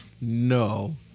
No